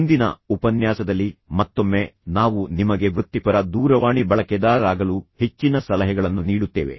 ಮುಂದಿನ ಉಪನ್ಯಾಸದಲ್ಲಿ ಮತ್ತೊಮ್ಮೆ ನಾವು ನಿಮಗೆ ವೃತ್ತಿಪರ ದೂರವಾಣಿ ಬಳಕೆದಾರರಾಗಲು ಹೆಚ್ಚಿನ ಸಲಹೆಗಳನ್ನು ನೀಡುತ್ತೇವೆ